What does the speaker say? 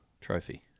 trophy